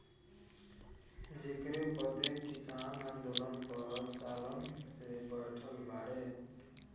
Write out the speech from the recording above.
जेकरे बदे किसान आन्दोलन पर सालन से बैठल बाड़े